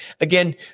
Again